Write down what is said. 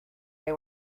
they